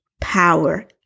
power